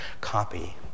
copy